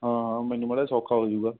ਹਾਂ ਮੈਨੂੰ ਮਾੜਾ ਜਿਹਾ ਸੌਖਾ ਹੋ ਜੂਗਾ